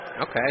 Okay